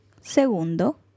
segundo